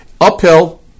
Uphill